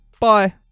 Bye